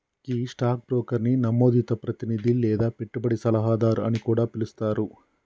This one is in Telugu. గీ స్టాక్ బ్రోకర్ని నమోదిత ప్రతినిధి లేదా పెట్టుబడి సలహాదారు అని కూడా పిలుస్తారు